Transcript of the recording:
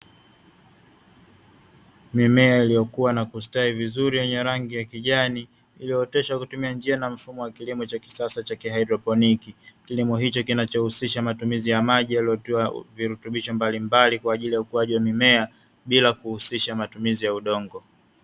Mimea iliyokua na kustawi vizuri yenye rangi ya kijani, iliyooteshwa kwa kutumia njia na mfumo wa kilimo cha kisasa cha kihaidroponi. Kilimo hicho kinachohusisha matumizi ya maji yaliyotiwa virutubisho mbalimbali kwa ajili ya ukuaji wa mimea bila kuhusisha matumizi ya udongo.